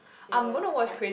it was quite